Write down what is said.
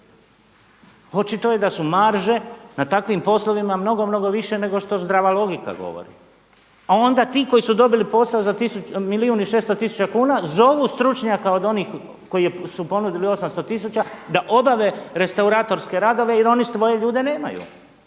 Očito je da su marže na takvim poslovima mnogo, mnogo više nego što zdrava logika govori. A onda ti koji su dobili posao za milijun i 600 tisuća kuna zovu stručnjaka od onih koji su ponudili 800 tisuća da obave restauratorske radove jer oni svoje ljude nemaju.